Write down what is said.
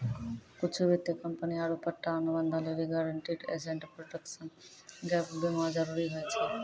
कुछु वित्तीय कंपनी आरु पट्टा अनुबंधो लेली गारंटीड एसेट प्रोटेक्शन गैप बीमा जरुरी होय छै